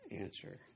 answer